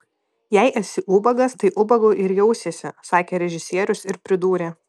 jei esi ubagas tai ubagu ir jausiesi sakė režisierius ir pridūrė